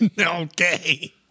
Okay